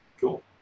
Cool